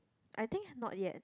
I think not yet